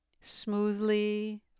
smoothly